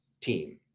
team